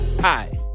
Hi